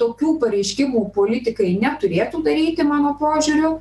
tokių pareiškimų politikai neturėtų daryti mano požiūriu